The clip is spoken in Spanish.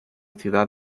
ciudad